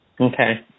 Okay